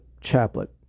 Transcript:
chaplet